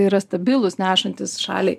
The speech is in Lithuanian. yra stabilūs nešantys šaliai